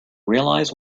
realize